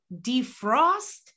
defrost